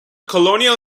colonial